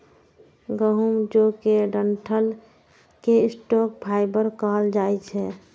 गहूम, जौ के डंठल कें स्टॉक फाइबर कहल जाइ छै